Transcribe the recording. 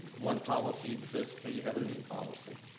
one policy exists til you have a new policy.